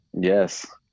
Yes